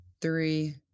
three